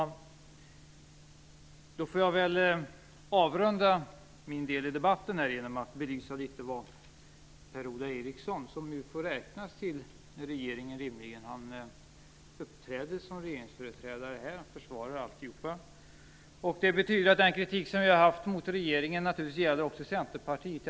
Herr talman! Jag vill avrunda min del i debatten genom att belysa vad Per-Ola Eriksson, som rimligen nu får räknas till regeringen, har sagt. Han uppträder som regeringsföreträdare här och försvarar alltihop. Det betyder att den kritik som vi har haft mot regeringen i allra högsta grad också gäller Centerpartiet.